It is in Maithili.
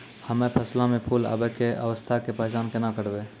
हम्मे फसलो मे फूल आबै के अवस्था के पहचान केना करबै?